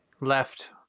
left